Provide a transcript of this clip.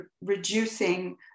reducing